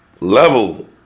level